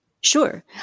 Sure